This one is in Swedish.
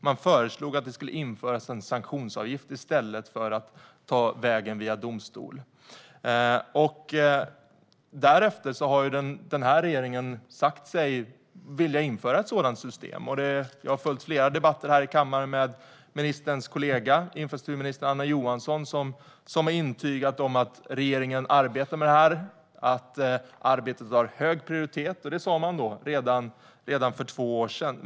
Man föreslog att det skulle införas en sanktionsavgift i stället för att man ska ta vägen via domstol. Därefter har denna regering sagt sig vilja införa ett sådant system. Jag har följt flera debatter i kammaren med ministerns kollega, infrastrukturminister Anna Johansson, som har intygat att regeringen arbetar med detta och att arbetet har hög prioritet. Det sa man redan för två år sedan.